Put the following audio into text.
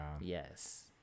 Yes